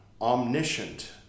omniscient